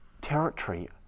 territory